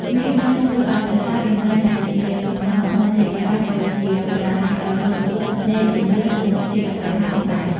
វាបានធ្វើឲ្យប្រាសាទមិនត្រឹមតែជាសំណង់ថ្មទេ ប៉ុន្តែក៏ជាបណ្ណាល័យដ៏រស់រវើកនៃជំនឿនិងទេវកថាផងដែរ។